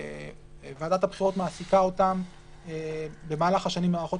שוועדת הבחירות מעסיקה אותם במהלך השנים במערכות